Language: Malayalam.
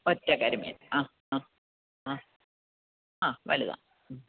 ഒറ്റ കരിമീൻ ആ ആ വലുതാണ്